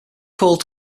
called